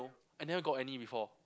I never got any before